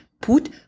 put